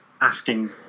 asking